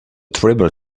tribal